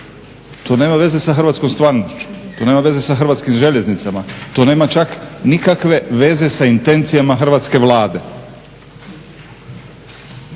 to nema veze sa hrvatskom stvarnošću, to nema veze sa hrvatskim željeznicama, to nema čak nikakve veze sa intencijama Hrvatske vlade.